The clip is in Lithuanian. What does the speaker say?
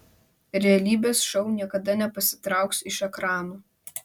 realybės šou niekada nepasitrauks iš ekranų